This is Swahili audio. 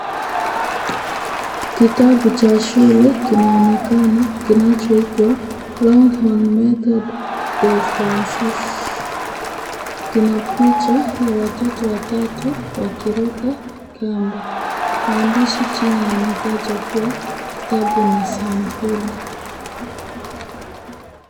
Kitabu cha shule kinaonekana kinachoitwa, Longhorn Method de Française. Kina picha ya watoto watatu wakiruka kamba. Maandishi chini yanataja kuwa, kitabu ni sampuli.